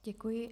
Děkuji.